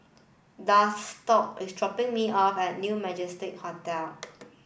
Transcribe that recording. Daxton is dropping me off at New Majestic Hotel